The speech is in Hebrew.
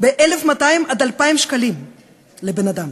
ב-1,200 2,000 שקלים לבן-אדם,